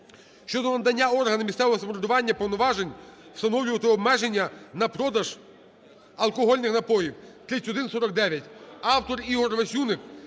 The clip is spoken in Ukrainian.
щодо надання органам місцевого самоврядування повноважень встановлювати обмеження на продаж алкогольних напоїв, 3149. Автор - Ігор Васюник.